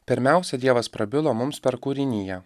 pirmiausia dievas prabilo mums per kūriniją